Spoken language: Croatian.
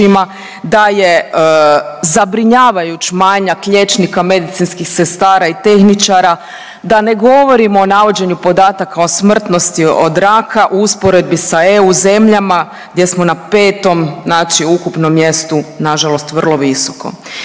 da je zabrinjavajuć manjak liječnika, medicinskih sestara i tehničara, da ne govorimo o navođenju podataka o smrtnosti od raka u usporedbi sa EU zemljama gdje smo na petom, znači ukupnom mjestu na žalost vrlo visoko.